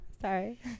Sorry